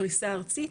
פריסה ארצית